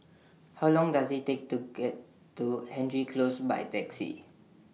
How Long Does IT Take to get to Hendry Close By Taxi